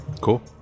Cool